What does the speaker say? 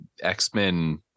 X-Men